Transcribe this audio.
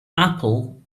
apple